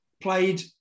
played